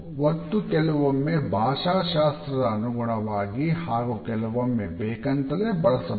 ಒತ್ತು ಕೆಲವೊಮ್ಮೆ ಭಾಷಾ ಶಾಸ್ತ್ರದ ಅನುಗುಣವಾಗಿ ಹಾಗು ಕೆಲವೊಮ್ಮೆ ಬೇಕೆಂತಲೇ ಬಳಸಬಹುದು